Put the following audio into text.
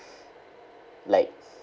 like